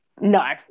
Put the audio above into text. No